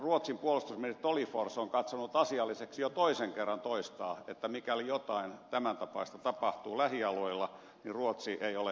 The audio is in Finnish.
ruotsin puolustusministeri tolgfors on katsonut asialliseksi jo toisen kerran toistaa että mikäli jotain tämäntapaista tapahtuu lähialueilla niin ruotsi ei ole välinpitämätön